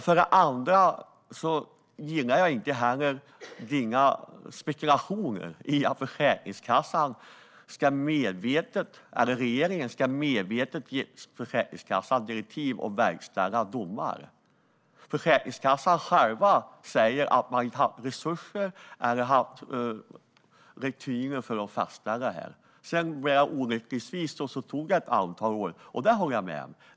För det andra gillar jag inte dina spekulationer om att regeringen medvetet skulle ge Försäkringskassan direktiv att verkställa domar. Försäkringskassan själv säger att man inte haft resurser eller haft rutiner för att fastställa det här. Sedan blev det olyckligtvis så att det tog ett antal år. Det håller jag med om.